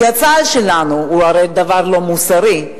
כי צה"ל שלנו הוא הרי דבר לא מוסרי,